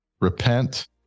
repent